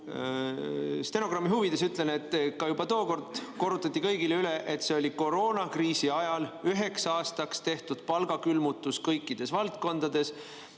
stenogrammi huvides ütlen, et ka juba tookord korrutati kõigile üle, et see oli koroonakriisi ajal üheks aastaks tehtud palgakülmutus kõikides valdkondades.